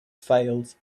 failed